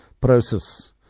Process